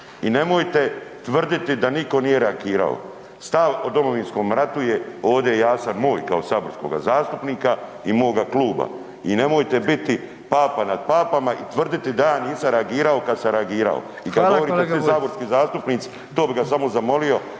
Hvala, kolega Bulj.